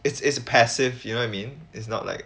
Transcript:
it is passive you know what I mean it's not like